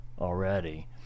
already